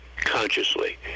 consciously